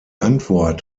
antwort